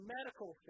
Medical